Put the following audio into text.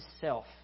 self